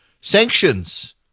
sanctions